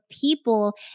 people